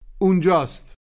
Unjust